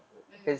mm